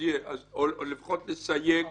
אז יהיה, או לפחות נסייג